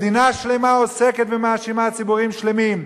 מדינה שלמה עוסקת ומאשימה ציבורים שלמים,